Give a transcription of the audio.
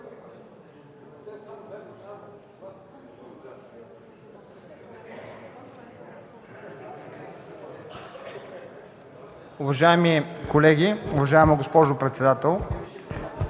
Уважаеми колеги, уважаема госпожо председател!